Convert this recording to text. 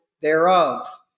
thereof